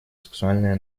сексуальное